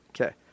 Okay